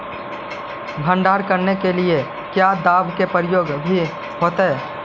भंडारन करने के लिय क्या दाबा के प्रयोग भी होयतय?